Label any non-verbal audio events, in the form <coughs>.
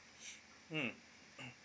<breath> mm <coughs>